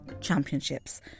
Championships